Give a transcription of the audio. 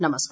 नमस्कार